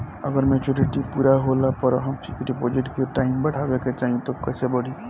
अगर मेचूरिटि पूरा होला पर हम फिक्स डिपॉज़िट के टाइम बढ़ावे के चाहिए त कैसे बढ़ी?